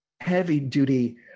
heavy-duty